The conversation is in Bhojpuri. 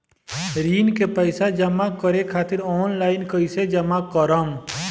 ऋण के पैसा जमा करें खातिर ऑनलाइन कइसे जमा करम?